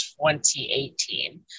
2018